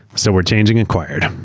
so we're changing acquired.